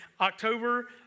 October